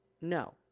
no